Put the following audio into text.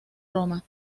roma